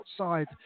outside